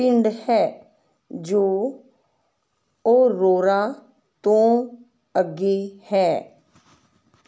ਪਿੰਡ ਹੈ ਜੋ ਉਹਰੋਰਾ ਤੋਂ ਅੱਗੇ ਹੈ